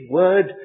word